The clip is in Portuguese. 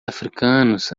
africanos